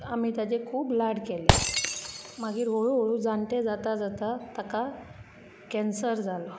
आमी ताजे खूब लाड केले मागीर हळूहळू जाणटे जाता जाता ताका कॅन्सर जालो